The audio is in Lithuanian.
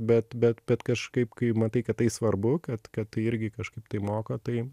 bet bet bet kažkaip kai matai kad tai svarbu kad kad tai irgi kažkaip tai moko tai